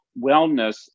wellness